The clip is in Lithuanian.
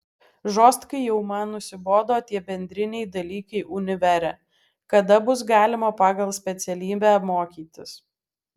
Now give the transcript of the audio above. žostkai jau man nusibodo tie bendriniai dalykai univere kada bus galima pagal specialybę mokytis